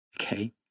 Okay